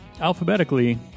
alphabetically